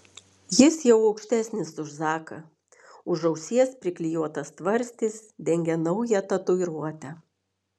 jis jau aukštesnis už zaką už ausies priklijuotas tvarstis dengia naują tatuiruotę